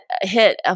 hit